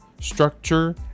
Structure